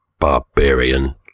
Barbarian